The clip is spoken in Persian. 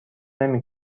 نمی